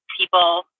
people